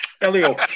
Elio